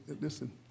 Listen